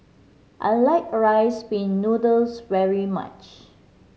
I like Rice Pin Noodles very much